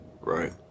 Right